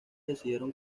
decidieron